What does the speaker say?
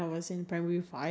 embarrass